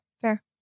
Fair